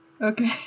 Okay